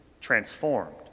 transformed